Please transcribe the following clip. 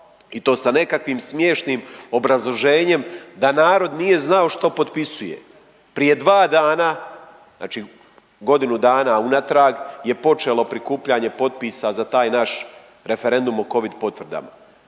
i to sa nekakvim smiješnim obrazloženjem da narod nije znao što potpisuje. Prije dva dana, znači godinu dana unatrag je počelo prikupljanje potpisa za taj naš referendum o covid potvrdama